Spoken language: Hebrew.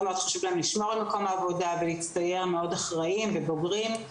מאוד חשוב לשמור על מקום העבודה ולהצטייר אחראים ובוגרים.